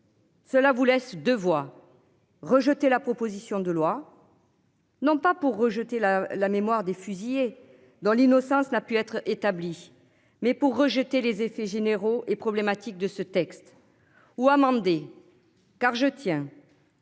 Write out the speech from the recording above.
Cela vous laisse de voix. Rejeté la proposition de loi. Non pas pour rejeter la la mémoire des fusillés dans l'innocence n'a pu être établi mais pour rejeter les effets généraux et problématique de ce texte ou amender car je tiens.